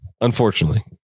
Unfortunately